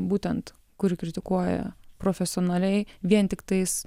būtent kuri kritikuoja profesionaliai vien tiktais